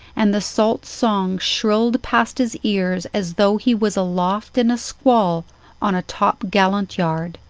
and the salt song shrilled past his ears as though he was aloft in a squall on a top-gallant-yard.